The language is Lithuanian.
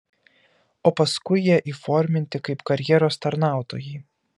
o paskui jie įforminti kaip karjeros tarnautojai